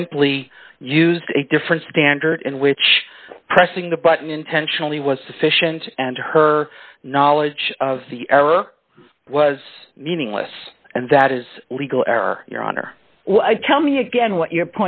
simply used a different standard in which pressing the button intentionally was sufficient and her knowledge of the error was meaningless and that is legal error your honor tell me again what you're